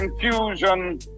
confusion